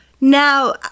Now